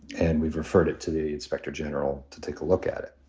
and we've referred it to the inspector general to take a look at it,